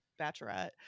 bachelorette